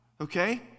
Okay